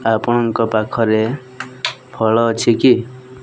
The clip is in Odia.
ଆପଣଙ୍କ ପାଖରେ ଫଳ ଅଛି କି